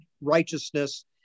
righteousness